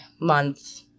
month